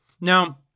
Now